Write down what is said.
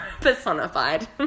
personified